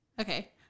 Okay